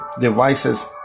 devices